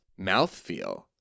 Mouthfeel